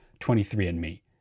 23andme